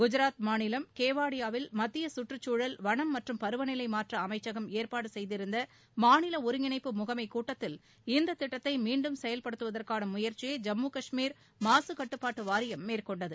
குஜராத் மாநிலம் கேவாடியாவில் மத்திய சுற்றுச்சூழல் வனம் மற்றும் பருவநிலை மாற்ற அமைச்சகம் ஏற்பாடு செய்திருந்த மாநில ஒருங்கிணைப்பு முகமை கூட்டத்தில் இந்த திட்டத்தை மீண்டும் செயல்படுத்துவதற்கான முயற்சியை ஜம்மு கஷ்மீர் மாசு கட்டுப்பாட்டு வாரியம் மேற்கொண்டது